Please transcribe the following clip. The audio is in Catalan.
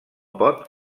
pot